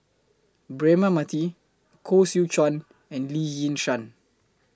Braema Mathi Koh Seow Chuan and Lee Yi Shyan